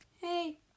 Hey